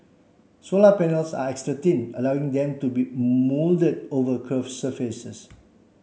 solar panels are extra thin allowing them to be moulded over curved surfaces